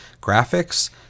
graphics